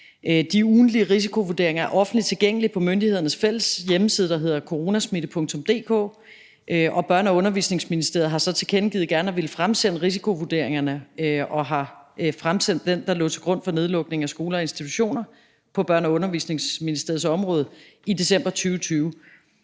De ugentlige risikovurderinger er offentligt tilgængelige på myndighedernes fælles hjemmeside, der hedder coronasmitte.dk, og Børne- og Undervisningsministeriet har så tilkendegivet gerne at ville fremsende risikovurderingerne og har fremsendt den, der lå til grund for nedlukning af skoler og daginstitutioner på Børne- og Undervisningsministeriets område i december 2020.